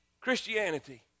Christianity